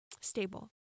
stable